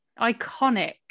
Iconic